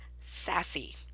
sassy